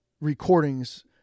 recordings